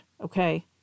Okay